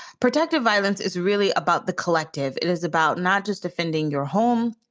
protective violence is really about the collective. it is about not just defending your home,